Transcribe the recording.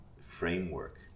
framework